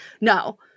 no